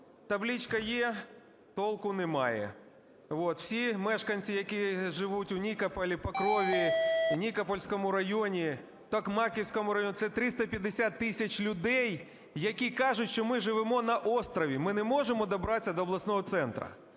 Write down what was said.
Табличка є, толку немає. Всі мешканці, які живуть в Нікополі, Покрові, в Нікопольському районі, в Токмаківському районі - це 350 тисяч людей, які кажуть, що "ми живемо на острові, ми не можемо добратися до обласного центру".